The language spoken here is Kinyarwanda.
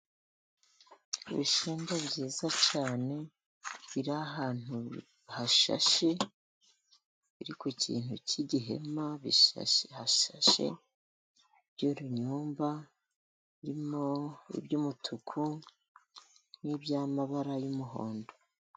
Ibishyimbo byiza cyane biri ahantu hashashe, biri ku kintu cy'igihema, hashashe, by'urunyumba, birimo iby'umutuku n'iby'amabara y'umuhondo.